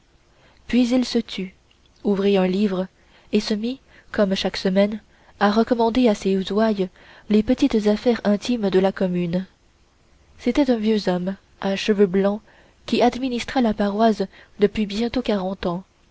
puis il se tut ouvrit un livre et se mit comme chaque semaine à recommander à ses ouailles les petites affaires intimes de la commune c'était un vieux homme à cheveux blancs qui administrait la paroisse depuis bientôt quarante ans